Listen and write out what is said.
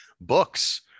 books